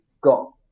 got